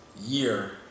year